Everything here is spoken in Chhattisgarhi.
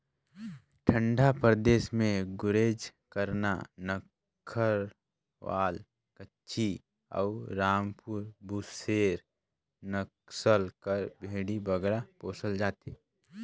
ठंडा परदेस में गुरेज, करना, नक्खरवाल, गद्दी अउ रामपुर बुसेर नसल कर भेंड़ी बगरा पोसल जाथे